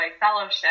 fellowship